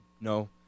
No